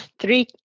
three